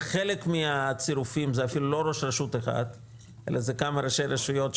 חלק מהצירופים זה אפילו לא ראש רשות אחד אלא כמה ראשי רשויות,